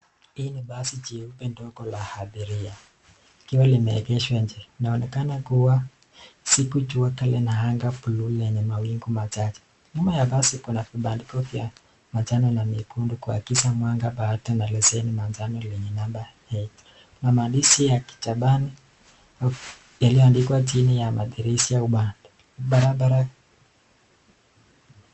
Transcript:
Hii ni basi jeupe ndogo la abiria likiwa limeegeshwa nje. Inaonekana kua liko jua kali na anga bluu lenye mawingu machache. Nyuma ya basi kuna kibandiko vya majani na mekundu kwa kisa mwanga baada na leseni manjano lenye namba Na maandishi ya kijapani yaliyo andikwa jina chini ya madirisha au ubavuni barabara.